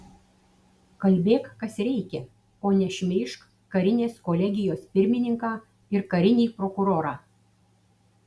kalbėk kas reikia o ne šmeižk karinės kolegijos pirmininką ir karinį prokurorą